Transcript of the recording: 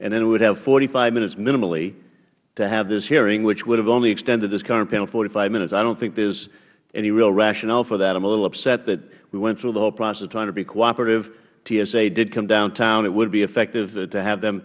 and then we would have forty five minutes minimally to have this hearing which would have only extended this current panel forty five minutes i don't think there is any real rationale for that i am a little upset that we went through the whole process trying to be cooperative tsa did come downtown it would be effective to have them